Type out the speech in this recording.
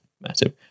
massive